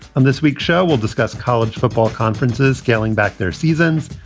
and this week show we'll discuss college football conferences scaling back their seasons.